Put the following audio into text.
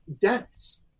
deaths